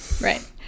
Right